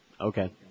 Okay